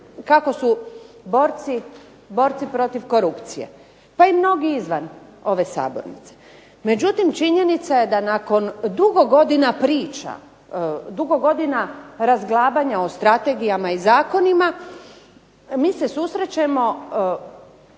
kako su borci protiv korupcije, pa i mnogi izvan ove sabornice. Međutim, činjenica je da nakon dugo godina priča, dugo godina razglabanja o strategijama i zakonima mi se susrećemo